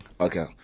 Okay